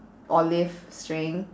olive string